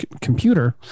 computer